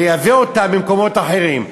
לייבא אותם ממקומות אחרים.